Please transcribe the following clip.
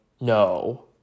no